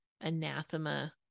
anathema